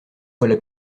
voilà